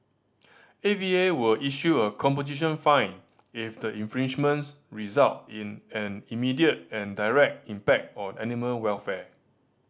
A V A will issue a composition fine if the infringements result in an immediate and direct impact on animal welfare